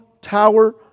tower